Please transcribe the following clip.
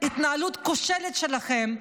התנהלות כושלת שלכם.